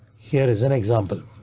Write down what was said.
here is an example.